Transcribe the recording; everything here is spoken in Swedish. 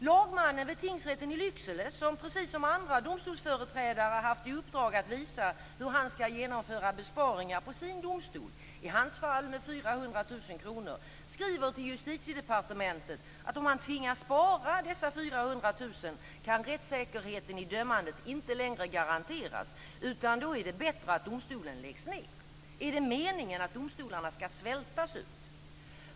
Lagmannen vid Tingsrätten i Lycksele, som precis som andra domstolsföreträdare haft i uppdrag att visa hur han ska genomföra besparingar på sin domstol - i hans fall med 400 000 kr - skriver till Justitiedepartementet att om han tvingas spara dessa 400 000 kr kan rättssäkerheten i dömandet inte längre garanteras utan då är det bättre att domstolen läggs ned. Är det meningen att domstolarna ska svältas ut?